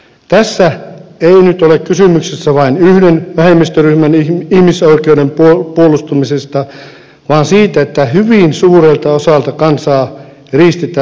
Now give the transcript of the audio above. tässä ei nyt ole kysymys vain yhden vähemmistöryhmän ihmisoikeuden puolustamisesta vaan siitä että hyvin suurelta osalta kansaa riistetään ihmisoikeudet